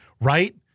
Right